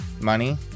Money